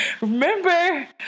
Remember